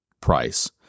price